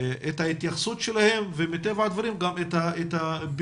את ההתייחסות שלהם ומטבע הדברים את הביקורת